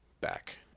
back